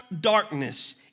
darkness